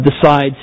decides